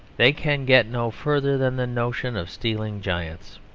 they can get no further than the notion of stealing giants.